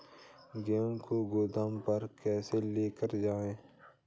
गेहूँ को गोदाम पर कैसे लेकर जाएँ?